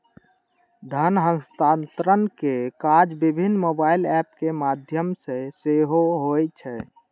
धन हस्तांतरण के काज विभिन्न मोबाइल एप के माध्यम सं सेहो होइ छै